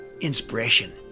inspiration